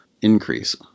increase